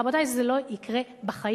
רבותי, זה לא יקרה בחיים.